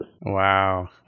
Wow